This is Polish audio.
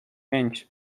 pięć